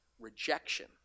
rejection